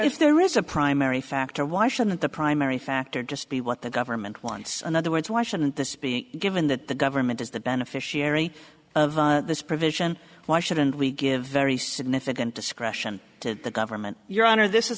if there is a primary factor why shouldn't the primary factor just be what the government wants in other words why shouldn't this be given that the government is the beneficiary of this provision why shouldn't we give very significant discretion to the government your honor